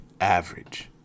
average